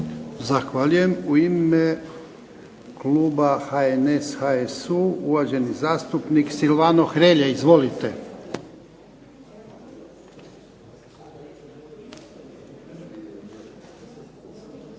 Zahvaljujem. U ime kluba HNS-HSU uvaženi zastupnik Silvano Hrelja. Izvolite.